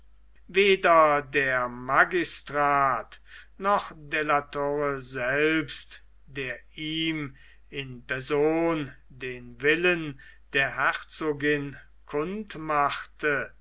weder der magistrat noch de la torre selbst der ihm in person den willen der herzogin kund machte